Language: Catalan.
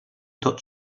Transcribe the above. tot